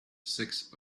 six